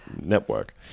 network